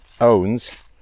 owns